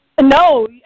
No